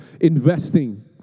investing